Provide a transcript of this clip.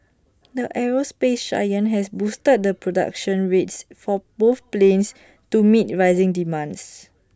the aerospace giant has boosted the production rates for both planes to meet rising demands